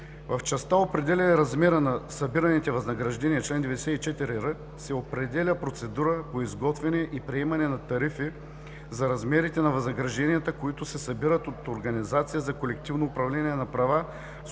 В частта за определяне размера на събираните възнаграждения – чл. 94р, се определя процедура по изготвяне и приемане на тарифи, за размерите на възнагражденията, които се събират от организация за колективно управление на права